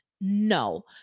No